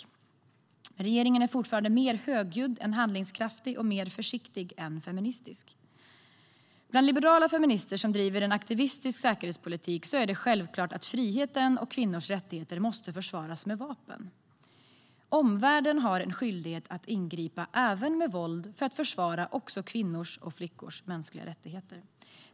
Men regeringen är fortfarande mer högljudd än handlingskraftig och mer försiktig än feministisk. Bland liberala feminister som driver en aktivistisk säkerhetspolitik är det självklart att friheten och kvinnors rättigheter måste försvaras med vapen. Omvärlden har en skyldighet att ingripa, även med våld, för att försvara också kvinnors och flickors mänskliga rättigheter.